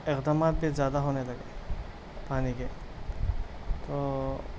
اقدامات بھی زیادہ ہونے لگے پانی کے تو